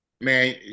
man